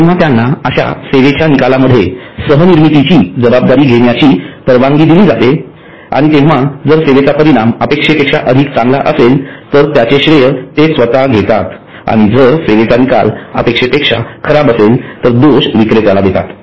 जेव्हा त्यांना अश्या सेवेच्या निकालामध्ये सह निर्मितीची जबाबदारी घेण्याची परवानगी दिली जाते तेंव्हा जर सेवेचा परिणाम अपेक्षेपेक्षा अधिक चांगला असेल तर ते स्वतः त्याचे श्रेय घेतात आणि जर सेवेचा निकाल अपेक्षेपेक्षा खराब'असेल तर विक्रेत्याला दोष देतात